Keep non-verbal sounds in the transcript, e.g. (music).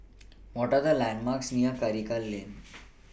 What Are The landmarks near Karikal Lane (noise)